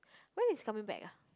when is he coming back ah